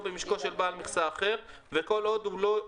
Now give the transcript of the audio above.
ביצים במקרר, אין לך מה לדאוג.